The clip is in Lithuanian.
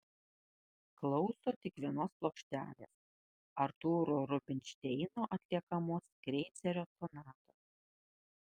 klauso tik vienos plokštelės artūro rubinšteino atliekamos kreicerio sonatos